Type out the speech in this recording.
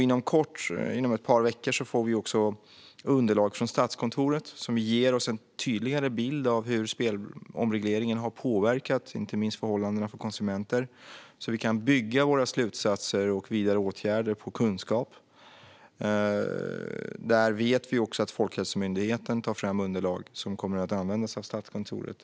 Inom ett par veckor får vi också underlag från Statskontoret som kommer att ge oss en tydligare bild av hur spelomregleringen har påverkat inte minst förhållandena för konsumenter. Då kan vi bygga våra slutsatser och vidare åtgärder på kunskap. Vi vet också att Folkhälsomyndigheten tar fram underlag som kommer att användas av Statskontoret.